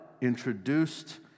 introduced